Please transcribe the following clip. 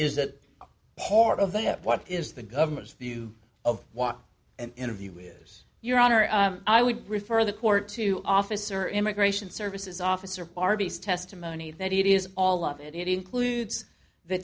is that part of that what is the government's view of what and interviewers your honor i would refer the court to office or immigration services officer barbie's testimony that is all of it it includes the